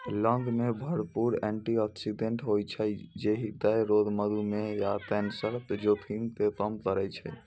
लौंग मे भरपूर एटी ऑक्सिडेंट होइ छै, जे हृदय रोग, मधुमेह आ कैंसरक जोखिम कें कम करै छै